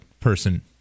person